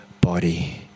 body